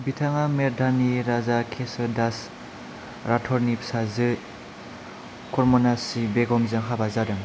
बिथाङा मेड़तानि राजा केशोर दास राठौरनि फिसाजो करमनासी बेगमजों हाबा जादों